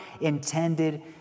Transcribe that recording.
intended